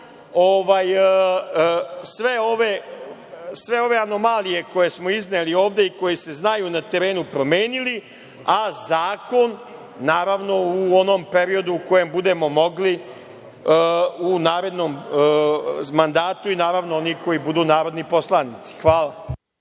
sve ove anomalije koje smo izneli ovde i koje se znaju na terenu promenili, a zakon, naravno u onom periodu u kojem budemo mogli u narednom mandatu i naravno oni koji budu narodni poslanici. Hvala.